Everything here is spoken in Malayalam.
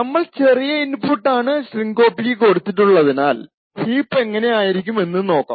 നമ്മൾ ചെറിയ ഇൻപുട്ട് ആണ് strcpy ക്ക് കൊടുത്തിട്ടുള്ളതിനാൽ ഹീപ്പ് എങ്ങനെ ആയിരിക്കും എന്ന് നോക്കാം